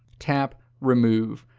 tap remove.